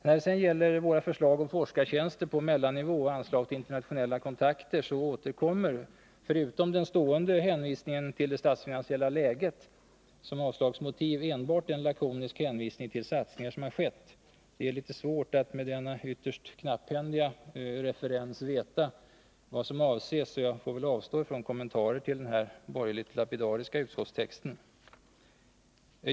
När det gäller våra förslag till forskartjänster på mellannivå och anslag till internationella kontakter återkommer — förutom den stående hänvisningen till det statsfinansiella läget — som avslagsmotiv enbart en lakonisk hänvisning till satsningar som har skett. Det är litet svårt att med denna ytterst knapphändiga referens veta vad som avses, så jag får väl avstå från kommentarer till denna borgerligt lapidariska utskottstext.